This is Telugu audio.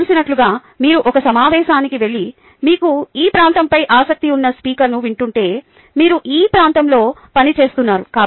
మీకు తెలిసినట్లుగా మీరు ఒక సమావేశానికి వెళ్లి మీకు ఈ ప్రాంతంపై ఆసక్తి ఉన్న స్పీకర్ను వింటుంటే మీరు ఈ ప్రాంతంలో పని చేస్తున్నారు